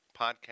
podcast